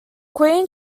queen